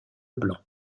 leblanc